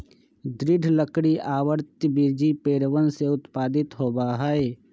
दृढ़ लकड़ी आवृतबीजी पेड़वन से उत्पादित होबा हई